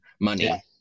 money